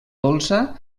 dolça